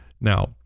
Now